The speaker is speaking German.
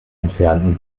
entfernten